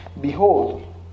Behold